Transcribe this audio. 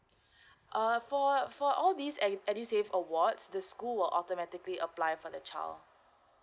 uh for for all these ed~ edusave awards the school will automatically apply for the child